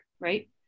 right